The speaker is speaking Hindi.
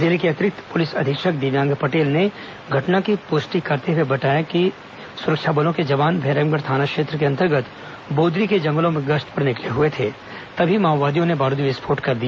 जिले के अतिरिक्त पुलिस अधीक्षक दिव्यांग पटेल ने घटना की पुष्टि करते हुए बताया कि सुरक्षा बलों के जवान भैरमगढ़ थाना क्षेत्र के अंतर्गत बोदली के जंगलों में गश्त पर निकले हुए थे तभी माओवादियों ने बारूदी विस्फोट कर दिया